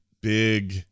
big